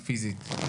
דיבור.